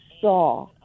saw